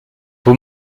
vous